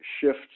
shifts